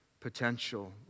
potential